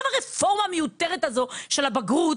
ועכשיו הרפורמה המיותרת הזו של הבגרות,